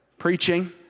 Preaching